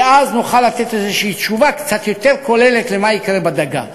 כי אז נוכל לתת איזושהי תשובה קצת יותר כוללת למה יקרה בדגה.